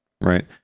right